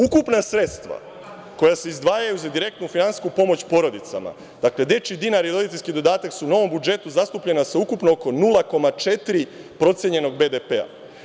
Ukupna sredstva koja se izdvajaju za direktnu finansijsku pomoć porodicama, dakle, dečiji dinar i roditeljski dodatak su u novom budžetu zastupljeni sa oko 0,4 procenjenog BDP-a.